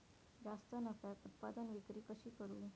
जास्त नफ्याक उत्पादन विक्री कशी करू?